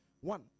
one